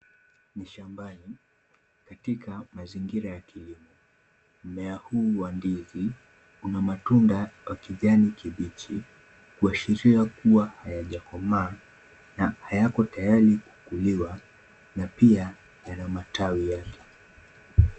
Ni shambani, katika mazingira ya kilimo. Mmea huu wa ndizi una matunda ya kijani kibichi, kuashiria kuwa hayajakomaa na hayako tayari kuliwa na pia yana matawi yake.